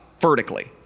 vertically